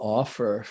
offer